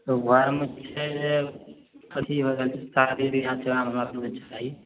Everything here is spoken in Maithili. तऽ ओएहमे छै जे अथी हो रहलै शादी बिआह छै हमरा